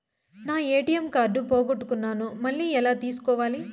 నా ATM card పోగొట్టుకున్నాను, మళ్ళీ ఎలా తీసుకోవాలి?